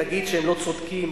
תגיד שהם לא צודקים,